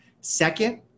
Second